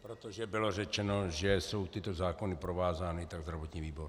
Protože bylo řečeno, že jsou tyto zákony provázány, tak zdravotní výbor.